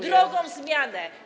Drogą zmianę.